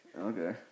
Okay